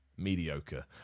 mediocre